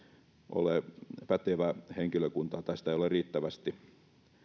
ole pätevää henkilökuntaa tai sitä ei ole riittävästi